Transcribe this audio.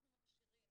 אנחנו מכשירים